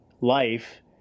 life